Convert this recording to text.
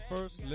First